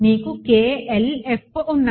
మీకు K L F ఉన్నాయి